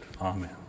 Amen